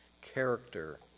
character